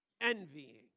envying